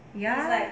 ya